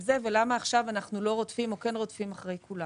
זה ולמה עכשיו אנחנו לא רודפם או כן רודפים אחרי כולם.